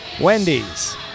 Wendy's